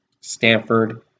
Stanford